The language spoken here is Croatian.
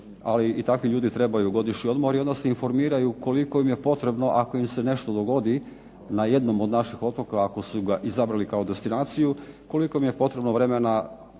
ali i takvi ljudi trebaju godišnji odmor i onda se informiraju koliko im je potrebno ako im se nešto dogodi na jednom od naših otoka ako su ga izabrali kao destinaciju, koliko im je potrebno vremena